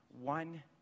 one